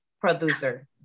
producer